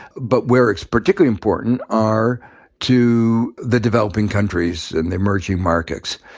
but where it's particularly important are to the developing countries and the emerging markets.